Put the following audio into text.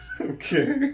okay